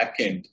backend